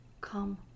come